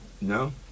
No